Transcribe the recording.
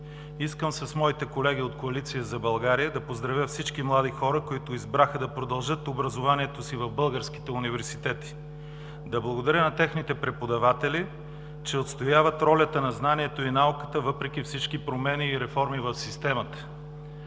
Искам с моите колеги от Коалиция за България да поздравя всички млади хора, които избраха да продължат образованието си в българските университети. Да благодаря на техните преподаватели, че отстояват ролята на знанието и науката, въпреки всички промени и реформи в системата.